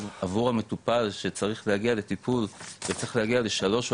עבור המטופל שצריך להגיע לטיפול וצריך להגיע לשלוש,